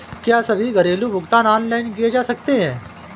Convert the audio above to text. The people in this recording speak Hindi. क्या सभी घरेलू भुगतान ऑनलाइन किए जा सकते हैं?